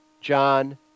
John